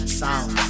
sound